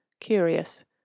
curious